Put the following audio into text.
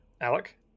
Alec